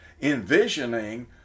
envisioning